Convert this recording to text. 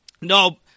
No